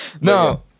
No